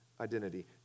identity